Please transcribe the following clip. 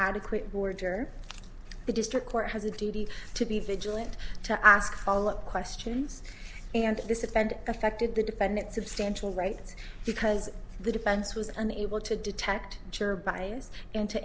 adequate border the district court has a duty to be vigilant to ask follow up questions and this event affected the defendant substantial rights because the defense was unable to detect juror bias and to